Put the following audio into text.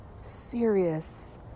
serious